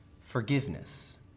forgiveness